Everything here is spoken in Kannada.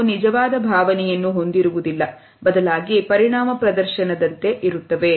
ಇವು ನಿಜವಾದ ಭಾವನೆಯನ್ನು ಹೊಂದಿರುವುದಿಲ್ಲ ಬದಲಾಗಿ ಪರಿಣಾಮ ಪ್ರದರ್ಶನದಂತೆ ಇರುತ್ತದೆ